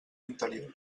interior